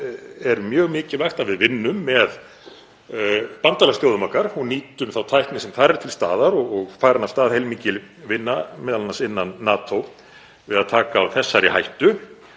er mjög mikilvægt að við vinnum með bandalagsþjóðum okkar og nýtum þá tækni sem þar er til staðar og farin er af stað heilmikil vinna, m.a. innan NATO, við að taka á þessari hættu.